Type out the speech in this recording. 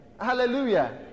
Hallelujah